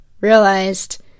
realized